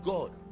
God